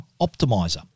Optimizer